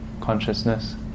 Consciousness